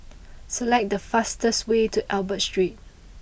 select the fastest way to Albert Street